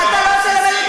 אתם לא תלמדו אותנו,